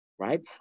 right